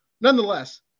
nonetheless